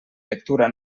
lectura